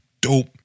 dope